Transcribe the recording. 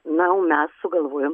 na o mes sugalvojom